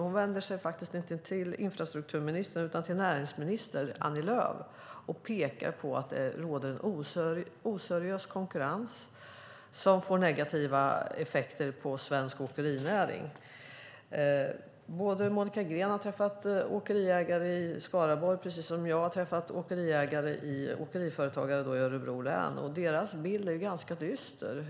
Hon vänder sig faktiskt inte till infrastrukturministern utan till näringsminister Annie Lööf och pekar på att det råder en oseriös konkurrens som får negativa effekter för svensk åkerinäring. Monica Green har träffat åkeriägare i Skaraborg precis som jag har träffat åkeriföretagare i Örebro län, och deras bild är ganska dyster.